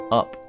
up